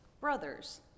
brothers